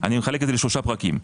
אני מחלק את זה לשלושה פרקים.